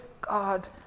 God